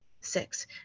Six